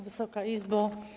Wysoka Izbo!